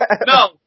no